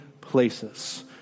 places